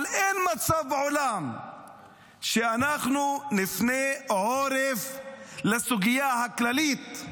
אבל אין מצב בעולם שאנחנו נפנה עורף לסוגיה הכללית: